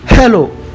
Hello